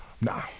Nah